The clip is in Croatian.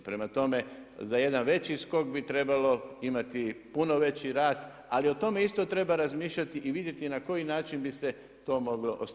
Prema tome, za jedan veći skok bi trebalo imati puno veći rast, ali o tome isto treba razmišljati i vidjeti na koji način bi se to moglo ostvariti.